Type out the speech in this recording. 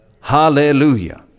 Hallelujah